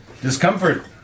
discomfort